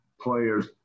players